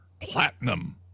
platinum